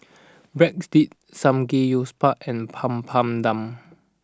Breadsticks Samgeyopsal and Papadum